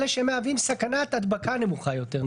אלא שהם מהווים סכנת הדבקה נמוכה יותר,